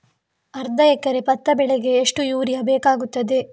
ಅರ್ಧ ಎಕರೆ ಭತ್ತ ಬೆಳೆಗೆ ಎಷ್ಟು ಯೂರಿಯಾ ಬೇಕಾಗುತ್ತದೆ?